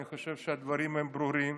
אני חושב שהדברים ברורים.